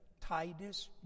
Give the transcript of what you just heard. Titus